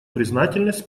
признательность